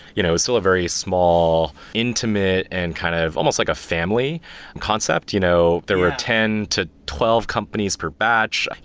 you know it's still a very small intimate and kind of almost like a family concept. you know there were ten to twelve companies per batch,